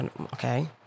Okay